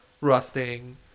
rusting